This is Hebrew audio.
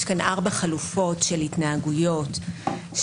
יש כאן ארבע חלופות של התנהגויות שמבקשים